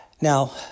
Now